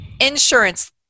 insurance